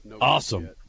awesome